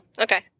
Okay